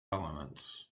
elements